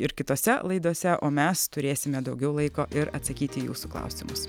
ir kitose laidose o mes turėsime daugiau laiko ir atsakyti į jūsų klausimus